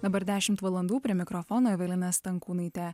dabar dešimt valandų prie mikrofono evelina stankūnaitė